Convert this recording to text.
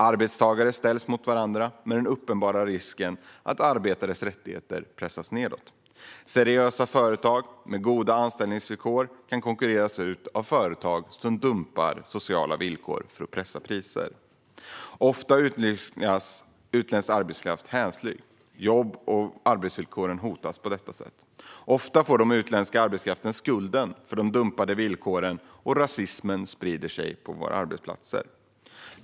Arbetstagare ställs mot varandra med den uppenbara risken att arbetares rättigheter pressas nedåt. Seriösa företag med goda anställningsvillkor kan konkurreras ut av företag som dumpar sociala villkor för att pressa priser. Ofta utnyttjas utländsk arbetskraft hänsynslöst. På detta sätt hotas jobb och arbetsvillkor. Ofta får den utländska arbetskraften skulden för de dumpade villkoren, och rasismen sprider sig på våra arbetsplatser.